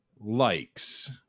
likes